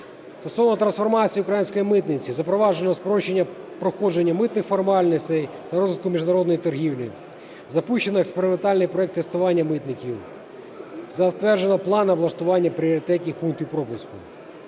Стосовно трансформації української митниці запроваджено спрощення проходження митних формальностей та розвитку міжнародної торгівлі. Запущено експериментальний проект тестування митників, затверджено плани облаштування пріоритетних пунктів пропуску.